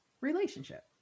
Relationship